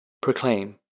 Proclaim